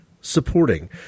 supporting